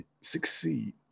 succeed